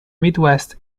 midwest